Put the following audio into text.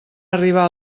arribar